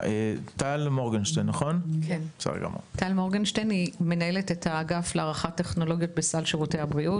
טל מורגנשטיין היא מנהלת את האגף להערכת טכנולוגיות בסל הבריאות,